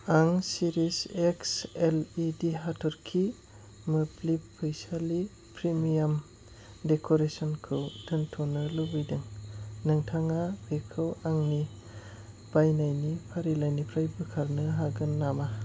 आं cherish X LED हाथर्खि मोब्लिब फैसालि प्रिमियाम डेक'रेसनखौ दोनथ'नो लुबैदों नोंथाङा बेखौ आंनि बायनायनि फारिलाइनिफ्राय बोखारनो हागोन नामा